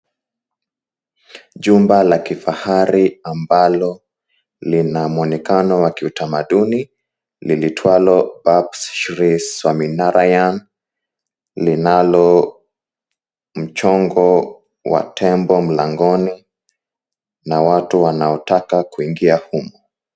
Jumba la kifahari ambalo lina muonekano wa kiutamaduni liitwalo Baab shre Saminarayan linalo mchongo wa tembo mlangoni na watu wanaotaka kuingia humo.